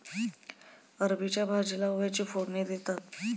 अरबीच्या भाजीला ओव्याची फोडणी देतात